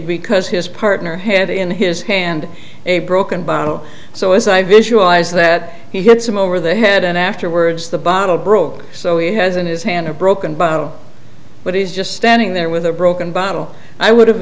because his partner had in his hand a broken bottle so as i visualize that he hits him over the head and afterwards the bottle broke so he has in his hand a broken bottle but he's just standing there with a broken bottle i would